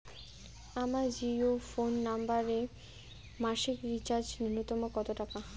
আমার জিও ফোন নম্বরে মাসিক রিচার্জ নূন্যতম কত টাকা?